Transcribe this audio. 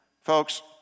Folks